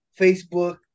Facebook